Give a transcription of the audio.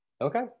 Okay